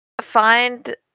find